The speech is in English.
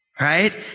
right